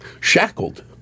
shackled